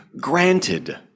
granted